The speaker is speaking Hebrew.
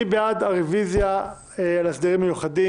מי בעד הרביזיה על הסדרים מיוחדים?